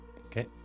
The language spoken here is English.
Okay